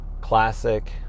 classic